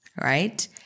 right